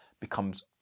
becomes